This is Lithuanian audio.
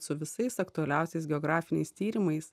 su visais aktualiausiais geografiniais tyrimais